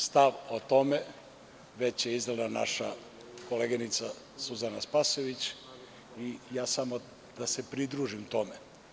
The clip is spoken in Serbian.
Stav o tome već je iznela naša koleginica Suzana Spasojević i ja samo da se pridružim tome.